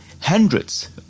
hundreds